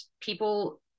people